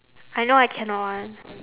I know I cannot [one]